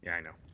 i know.